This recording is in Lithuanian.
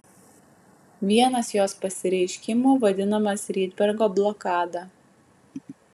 vienas jos pasireiškimų vadinamas rydbergo blokada